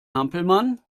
hampelmann